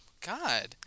God